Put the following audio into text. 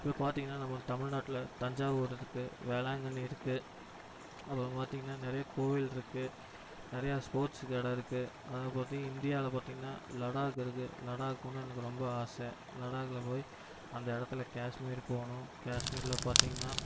இப்போ பார்த்தீங்கன்னா நம்ம தமிழ்நாட்டில் தஞ்சாவூர் இருக்கு வேளாங்கண்ணி இருக்கு அப்புறம் பார்த்தீங்கன்னா நிறைய கோவில் இருக்கு நிறையா ஸ்போர்ட்ஸுக்கு இடம் இருக்கு அதை பற்றி இந்தியாவில பார்த்தீங்கன்னா லடாக் இருக்கு லடாக் போணும்னு எனக்கு ரொம்ப ஆசை லடாக்கில் போய் அந்த இடத்துல கேஷ்மீர் போகணும் கேஷ்மீரில் பார்த்தீங்கன்னா